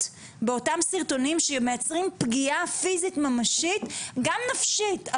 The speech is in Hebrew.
באותם סרטונים שמייצרים פגיעה פיזית ממשית גם נפשית,